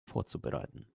vorzubereiten